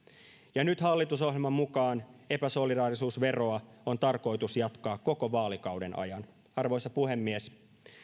ja nyt hallitusohjelman mukaan epäsolidaarisuusveroa on tarkoitus jatkaa koko vaalikauden ajan arvoisa puhemies